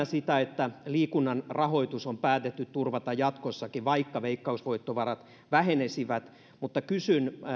sitä että liikunnan rahoitus on päätetty turvata jatkossakin vaikka veikkausvoittovarat vähenisivät mutta kysyn